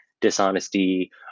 Dishonesty